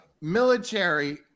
military